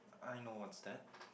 I know what's that